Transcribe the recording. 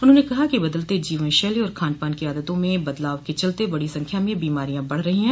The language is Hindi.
उन्होंने कहा कि बदलते जीवन शैली और खान पान की आदतों में बदलाव के चलते बड़ी संख्या में बीमारियां बढ़ रही है